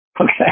Okay